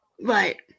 Right